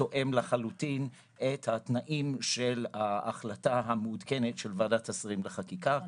תואם לחלוטין את התנאים של ההחלטה המעודכנת של ועדת השרים לחקיקה,